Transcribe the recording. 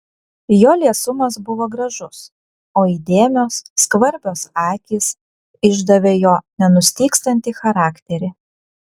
jo liesumas buvo gražus o įdėmios skvarbios akys išdavė jo nenustygstantį charakterį